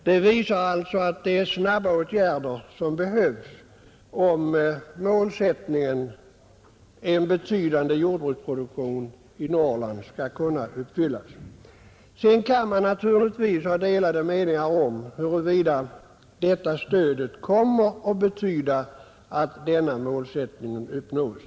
Detta visar alltså att det är snabba åtgärder som behövs om målsättningen — en betydande jordbruksproduktion i Norrland — skall kunna uppfyllas. Sedan kan man naturligtvis ha delade meningar huruvida detta stöd kommer att medföra att denna målsättning uppnås.